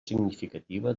significativa